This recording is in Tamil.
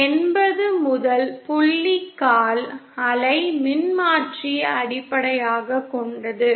1 என்பது முதல் புள்ளி கால் அலை மின்மாற்றியை அடிப்படையாகக் கொண்டது